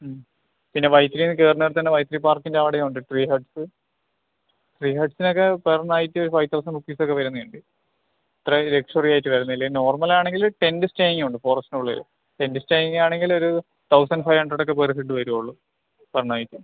ഹ്മ് പിന്നെ വൈത്തിരിയിൽ നിന്ന് കയറുന്ന ഇടത്തുതന്നെ വൈത്തിരി പാർക്കിൻ്റ അവിടെയും ഉണ്ട് ട്രീ ഹട്ട്സ് ട്രീ ഹട്സിന് ഒക്കെ പെർ നൈറ്റ് ഒരു ഫൈവ് തൗസൻഡ് റുപ്പീസ് ഒക്കെ വരുന്നതല്ലേ ഇത്ര ലക്ഷ്വറി ആയിട്ട് വരുന്നില്ല നോർമൽ ആണെങ്കിൽ ടെൻറ്റ് സ്റ്റേയും ഉണ്ട് ഫോറസ്റ്റിനുള്ളിൽ ടെൻറ്റ് സ്റ്റേ ഒക്കെ ആണെങ്കിൽ ഒരു തൗസൻഡ് ഫൈവ് ഹണ്ട്രഡ് ഒക്കെ പെർ ഹെഡ് വരൂള്ളൂ പെർ നൈറ്റ്